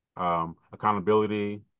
Accountability